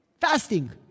fasting